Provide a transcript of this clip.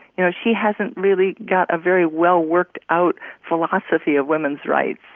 you know, she hasn't really got a very well worked out philosophy of women's rights.